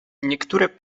niektóre